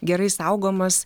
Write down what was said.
gerai saugomas